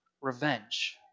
revenge